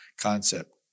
concept